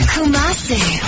Kumasi